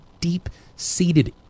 deep-seated